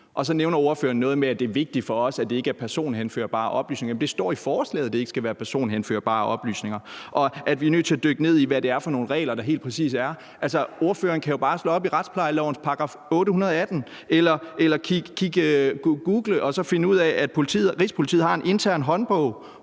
Så nævner ordføreren noget med, at det er vigtigt for dem, at det ikke er personhenførbare oplysninger, men det står i forslaget, at det ikke skal være personhenførbare oplysninger, og at vi er nødt til at dykke ned i, hvad det er for nogle regler, der helt præcis er. Altså, ordføreren kan jo bare slå op i retsplejelovens § 818 eller google det og finde ud af, at Rigspolitiet har en intern håndbog,